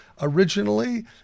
originally